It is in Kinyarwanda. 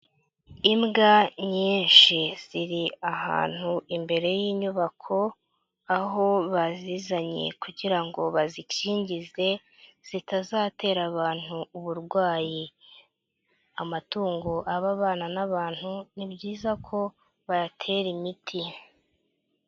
Imbwa nyinshi ziri ahantu imbere y'inyubako, aho bazizanye kugira ngo bazikingize, zitazatera abantu uburwayi. Amatungo aba abana n'abantu, ni byiza ko bayatera imiti.